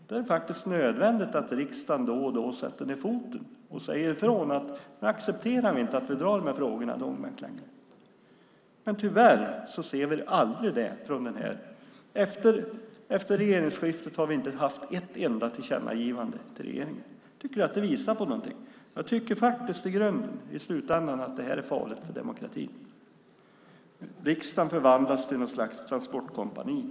Det är faktiskt nödvändigt att riksdagen då och då sätter ned foten och säger ifrån att vi inte accepterar att frågor dras i långbänk längre. Men tyvärr ser vi aldrig det numera. Efter regeringsskiftet har vi inte haft ett enda tillkännagivande till regeringen. Jag tycker att det visar någonting. Jag tycker faktiskt i slutändan att det här är farligt för demokratin. Riksdagen förvandlas till något slags transportkompani.